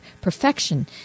perfection